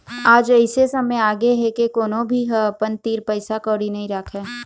आज अइसे समे आगे हे के कोनो भी ह अपन तीर पइसा कउड़ी नइ राखय